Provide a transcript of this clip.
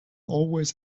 always